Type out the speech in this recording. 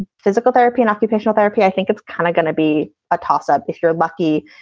physical therapy and occupational therapy. i think it's kind of going to be a toss up, if you're lucky.